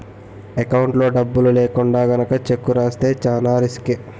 ఎకౌంట్లో డబ్బులు లేకుండా గనక చెక్కు రాస్తే చానా రిసుకే